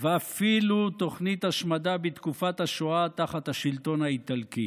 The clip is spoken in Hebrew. ואפילו תוכנית השמדה בתקופת השואה תחת השלטון האיטלקי.